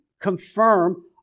confirm